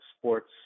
sports